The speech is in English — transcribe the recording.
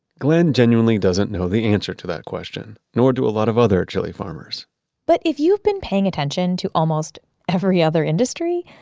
glen genuinely doesn't know the answer to that question, nor do a lot of other chili farmers but if you've been paying attention to almost every other industry,